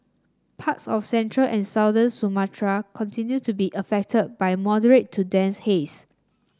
parts of central and southern Sumatra continue to be affected by moderate to dense haze